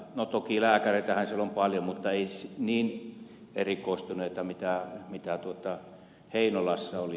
no toki lääkäreitähän siellä on paljon mutta ei niin erikoistuneita kuin heinolassa oli